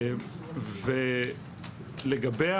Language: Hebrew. לגבי